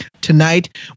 Tonight